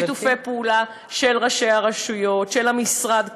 באמצעות שיתופי פעולה של ראשי הרשויות ושל המשרד,